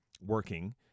working